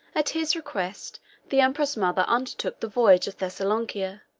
at his request the empress-mother undertook the voyage of thessalonica,